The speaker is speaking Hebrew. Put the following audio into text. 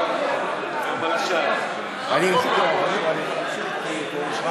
אני מודה